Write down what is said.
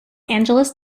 angeles